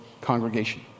congregation